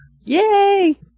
Yay